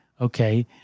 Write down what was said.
okay